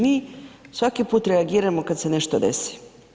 Mi svaki put reagiramo kada se nešto desi.